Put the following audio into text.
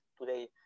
today